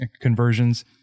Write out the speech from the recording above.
conversions